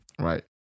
Right